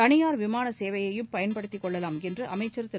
தளியார் விமான சேவையையும் பயன்படுத்திக் கொள்ளலாம் என்று அமைச்சர் திரு